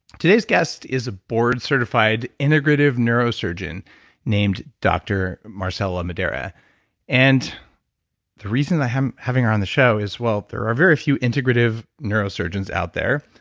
today's guest is a board-certified integrative neurosurgeon named dr. marcella madera and the reason i'm having her on the show is well, there are very few integrative neurosurgeons out there.